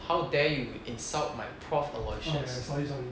how dare you insult my prof aloysius